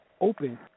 open